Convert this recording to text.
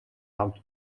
хамт